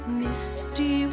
misty